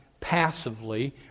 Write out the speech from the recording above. passively